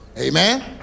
Amen